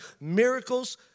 miracles